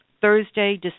Thursday